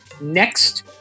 next